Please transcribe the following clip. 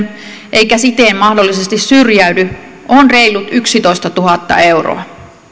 eikä siten mahdollisesti syrjäydy ovat reilut yksitoistatuhatta euroa